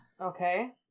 Okay